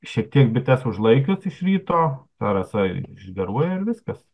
šiek tiek bites užlaikius iš ryto ta rasa išgaruoja ir viskas